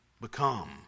become